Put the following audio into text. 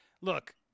Look